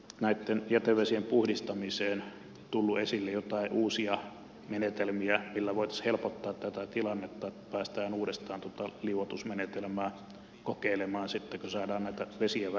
ja onko nyt tullut esille joitain uusia menetelmiä näitten jätevesien puhdistamiseen millä voitaisiin helpottaa tätä tilannetta että päästään uudestaan tuota liuotusmenetelmää kokeilemaan sitten kun saadaan näitä vesiä vähennettyä